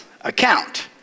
account